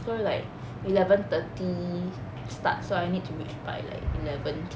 so like eleven thirty start so I need to reach by like eleven